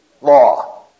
Law